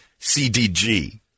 cdg